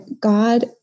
God